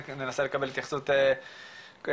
ננסה לקבל התייחסות כוללת.